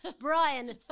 Brian